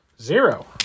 Zero